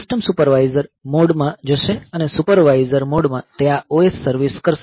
system supervisor mode માં જશે અને સુપરવાઈઝર મોડમાં તે આ OS સર્વીસ કરશે